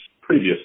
previous